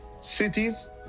cities